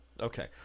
Okay